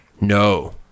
No